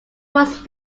was